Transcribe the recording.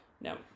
No